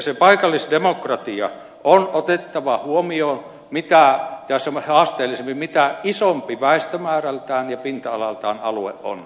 se paikallisdemokratia on otettava huomioon ja se on sitä haasteellisempi mitä isompi väestömäärältään ja pinta alaltaan alue on